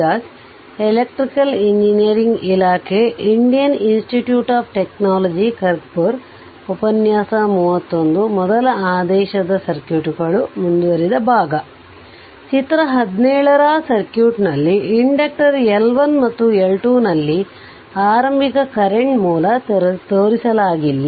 ಚಿತ್ರ 17ರ ಸರ್ಕ್ಯೂಟ್ನಲ್ಲಿ inductor L1 ಮತ್ತು L2ನಲ್ಲಿನ ಆರಂಭಿಕ ಕರೆಂಟ್ ಮೂಲ ತೋರಿಸಲಾಗಿಲ್ಲ